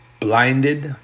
Blinded